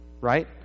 right